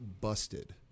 busted